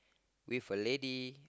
with a lady